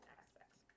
aspects